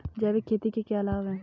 जैविक खेती के क्या लाभ हैं?